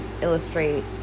illustrate